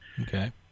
Okay